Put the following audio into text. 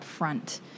upfront